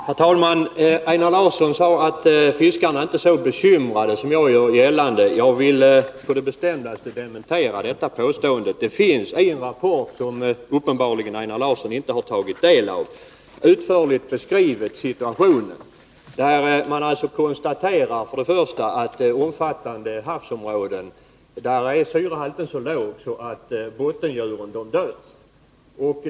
Herr talman! Einar Larsson sade att fiskarna inte är så bekymrade som jag gör gällande. Jag vill på det bestämdaste dementera detta påstående. Situationen finns utförligt beskriven i en rapport som Einar Larsson uppenbarligen inte tagit del av. Där konstaterar man att syrehalten i omfattande havsområden är så låg att bottendjuren dör.